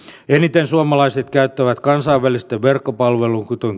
eniten suomalaiset käyttävät kansainvälisten verkkopalveluiden kuten